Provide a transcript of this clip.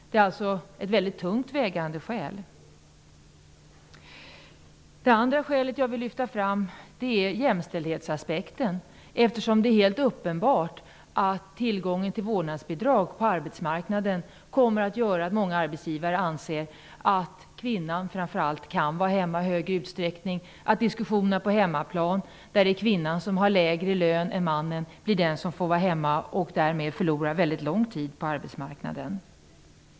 Det är ett mycket tyngt vägande skäl för avslag. Det andra skälet som jag vill lyfta fram är jämställdhetsaspekten. Det är helt uppenbart att tillgången till vårdnadsbidrag kommer att göra att många arbetsgivare anser att framför allt kvinnor kan vara hemma i stor utsträckning. Vårdnadsbidraget kommer också att påverka diskussionen ''på hemmaplan''. När kvinnan har lägre lön än mannen, blir hon den som får vara hemma och därmed förlora väldigt lång tid på arbetsmarknaden.